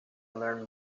learn